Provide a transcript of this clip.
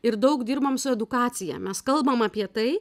ir daug dirbam su edukacija mes kalbam apie tai